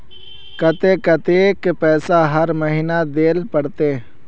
केते कतेक पैसा हर महीना देल पड़ते?